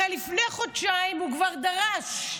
הרי לפני חודשיים הוא כבר דרש,